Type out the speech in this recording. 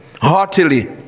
heartily